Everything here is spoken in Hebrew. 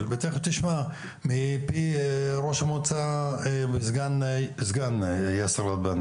ותיכף תשמע מפי ראש המועצה יאסר גדבאן,